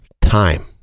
time